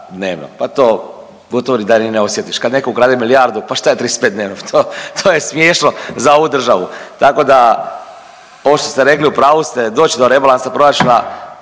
dnevno? Pa to gotovo ni da ne osjetiš. Kad netko ukrade milijardu pa šta je 35 dnevno? To je smiješno za ovu državu. Tako da ovo što ste rekli u pravu ste, doći do rebalansa proračuna,